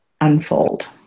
unfold